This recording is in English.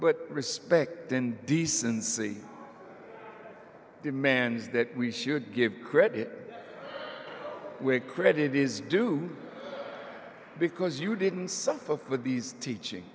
but respect and decency demands that we should give credit where credit is due because you didn't suffer with these teaching